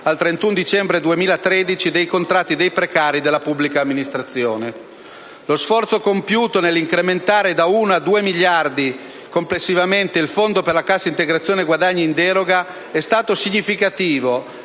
al 31 dicembre 2013 dei contratti dei precari della pubblica amministrazione. Lo sforzo compiuto nell'incrementare da uno a due miliardi complessivamente il Fondo per la cassa integrazione guadagni in deroga è stato significativo